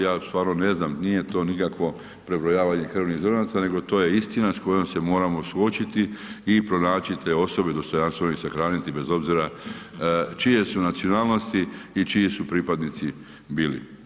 Ja stvarno ne znam, nije to nikakvo prebrojavanje krvnih zrnaca nego to je istina s kojom se moramo suočiti i pronaći te osobe, dostojanstveno ih sahraniti bez obzira čije su nacionalnosti i čiji su pripadnici bili.